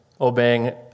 obeying